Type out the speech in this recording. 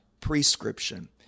prescription